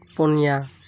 ᱯᱩᱱᱭᱟ